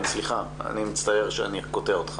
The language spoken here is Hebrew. סליחה, אני מצטער שאני קוטע אותך.